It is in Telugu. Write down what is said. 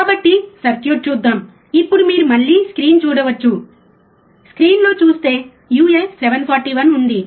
కాబట్టి సర్క్యూట్ చూద్దాం ఇప్పుడు మీరు మళ్ళీ స్క్రీన్ చూడవచ్చు స్క్రీన్లో మీరు చూస్తే uA741 ఉంది